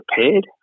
prepared